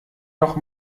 noch